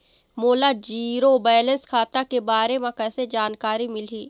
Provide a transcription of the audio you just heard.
मोला zero balance खाता के बारे म कैसे जानकारी मिलही?